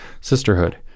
Sisterhood